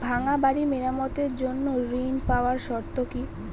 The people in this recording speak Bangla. ভাঙ্গা বাড়ি মেরামতের জন্য ঋণ পাওয়ার শর্ত কি?